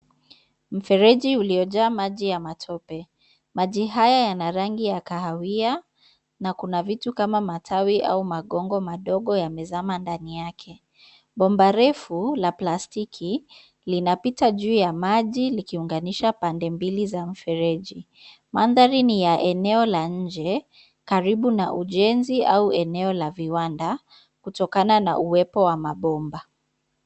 Mfereji ulio jaa maji ya matope maji haya yana rangi ya kahawia na kuna vitu kama matawi ama magongo madogo yamezama ndani yake. Bomba refu la plastiki lina pita juu ya maji likiunganisha pande mbili za mfereji. Mandhari ni ya eneo la nje karibu na ujenzi au eneo la viwanda kutokana na uwepo wa mabomba.